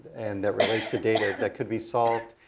and that relate to data that could be solved,